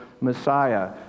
Messiah